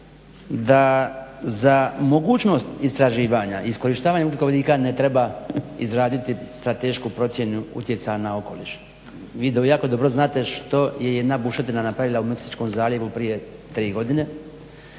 da za mogućnost istraživanja i iskorištavanja ugljikovodika ne treba izraditi stratešku procjenu utjecaja na okoliš. Vi jako dobro znate što je jedna bušotina napravila u Meksičkom zaljevu prije tri godine